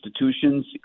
institutions